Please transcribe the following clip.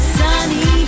sunny